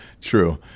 true